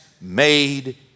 made